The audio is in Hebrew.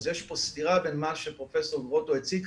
אז יש פה סתירה בין מה שפרופ' גרוטו הציג.